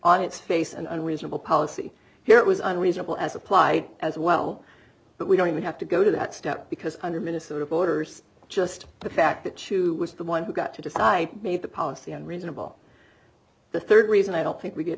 on its face and reasonable policy here it was unreasonable as applied as well but we don't even have to go to that step because under minnesota voters just the fact that two was the one who got to decide made the policy and reasonable the rd reason i don't think we get